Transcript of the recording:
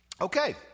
Okay